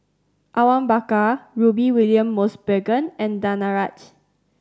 Awang Bakar Rudy William Mosbergen and Danaraj